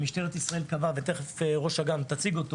שממשלת ישראל קבעה ותכף ראש אג"מ תציג אותו